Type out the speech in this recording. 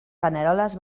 paneroles